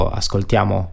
ascoltiamo